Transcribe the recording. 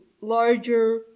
larger